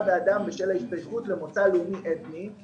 באדם בשל ההשתייכות למוצא לאומי אתני,